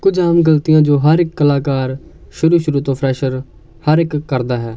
ਕੁਝ ਆਮ ਗਲਤੀਆਂ ਜੋ ਹਰ ਇੱਕ ਕਲਾਕਾਰ ਸ਼ੁਰੂ ਸ਼ੁਰੂ ਤੋਂ ਫ੍ਰੈਸ਼ਰ ਹਰ ਇੱਕ ਕਰਦਾ ਹੈ